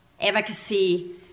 advocacy